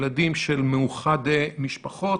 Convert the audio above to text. ילדים של מאוחדי משפחות.